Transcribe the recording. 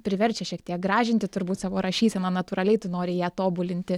priverčia šiek tiek gražinti turbūt savo rašyseną natūraliai tu nori ją tobulinti